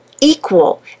equal